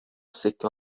سکه